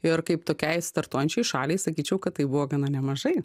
ir kaip tokiai startuojančiai šaliai sakyčiau kad tai buvo gana nemažai